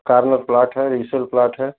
corner plot है resale plot है